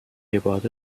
about